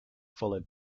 followed